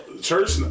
church